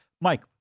Mike